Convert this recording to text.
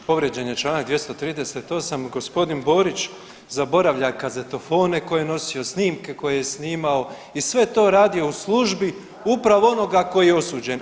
Povrijeđen je Članak 238., gospodin Borić zaboravlja kazetofone koje je nosio, snimke koje je snimao i sve to radio u službi upravo onoga koji je osuđen.